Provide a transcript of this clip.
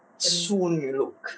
淑女 look